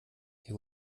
ihr